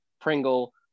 Pringle